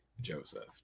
Joseph